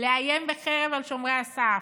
לאיים בחרם על שומרי הסף?